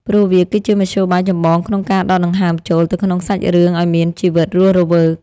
ព្រោះវាគឺជាមធ្យោបាយចម្បងក្នុងការដកដង្ហើមចូលទៅក្នុងសាច់រឿងឱ្យមានជីវិតរស់រវើក។